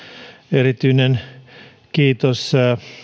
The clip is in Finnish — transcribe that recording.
erityinen kiitos